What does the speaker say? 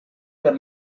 per